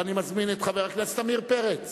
ואני מזמין את חבר הכנסת עמיר פרץ